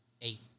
eight